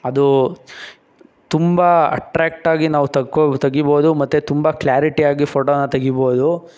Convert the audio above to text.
ಅದು ತುಂಬ ಅಟ್ರೆಕ್ಟಾಗಿ ನಾವು ತೆಕ್ಕೊ ತೆಗಿಬೋದು ಮತ್ತು ತುಂಬ ಕ್ಲಾರಿಟಿಯಾಗಿ ಫೋಟೋನ ತೆಗೀಬೋದು